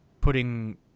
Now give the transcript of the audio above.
putting –